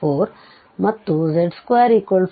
ಇವು singular point ಗಳು